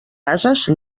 ases